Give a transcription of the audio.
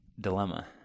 Dilemma